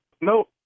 no